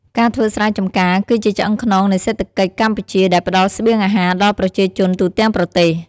ការធ្វើស្រែចម្ការគឺជាឆ្អឹងខ្នងនៃសេដ្ឋកិច្ចកម្ពុជាដែលផ្តល់ស្បៀងអាហារដល់ប្រជាជនទូទាំងប្រទេស។